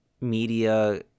media